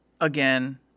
again